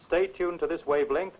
stay tuned to this wavelength